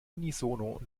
unisono